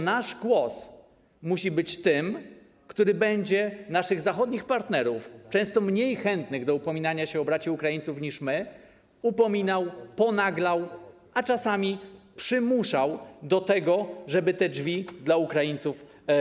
Nasz głos musi być tym, który będzie naszych zachodnich partnerów - często mniej chętnych do upominania się o braci Ukraińców - upominał, ponaglał, a czasami przymuszał do tego, żeby pozostawili otwarte drzwi dla Ukraińców.